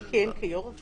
גם החליף את